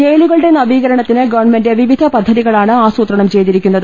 ജയിലുകളുടെ നവീകരണത്തിന് ഗവർണമെന്റ് വിവിധ പദ്ധതികളാണ് ആസൂത്രണം ചെയ്തിരിക്കുന്നത്